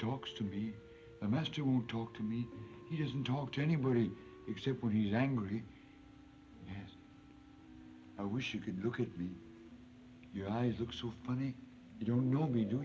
talks to be the master who talk to me he doesn't talk to anybody except when he's angry i wish you could look at me your eyes look so funny you don't normally do